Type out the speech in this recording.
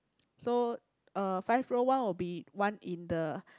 so uh five row one will be one in the